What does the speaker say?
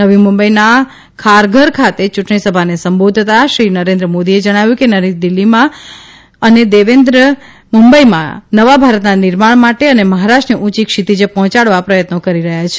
નવી મુંબઇના ખારઘર ખાતે ચૂંટણીસભાને સંબોધતાં શ્રી નરેન્દ્ર મોદીએ જણાવ્યું કે નરેન્દ્ર દિલ્હીમાં અને દેવેન્દ્ર મુંબઇમાં નવા ભારતના નિર્માણ માટે અને મહારાષ્ટ્રને ઉંચી ક્ષિતિજે પહોંચાડવા પ્રથત્નો કરી રહ્યા છે